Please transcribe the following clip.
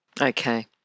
Okay